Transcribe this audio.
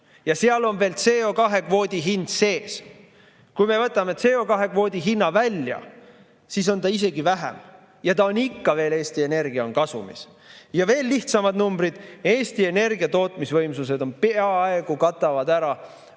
Ja seal on veel CO2‑kvoodi hind sees. Kui me võtame CO2kvoodi hinna välja, siis on ta isegi vähem, ja ikka veel Eesti Energia on kasumis. Ja veel lihtsamad numbrid. Eesti Energia tootmisvõimsused peaaegu katavad ära